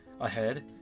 ahead